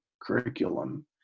curriculum